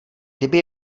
kdyby